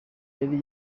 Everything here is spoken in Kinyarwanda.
yari